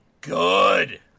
good